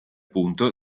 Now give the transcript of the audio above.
punto